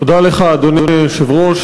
תודה לך, אדוני היושב-ראש.